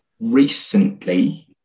Recently